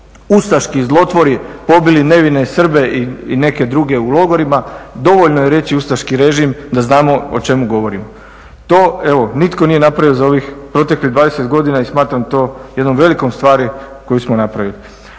ustaški zlotvori pobili nevine Srbe i neke druge u logorima. Dovoljno je reći ustaški režim da znamo o čemu govorimo. To nitko nije napravio za ovih proteklih 20 godina i smatram to jednom velikom stvari koju smo napravili.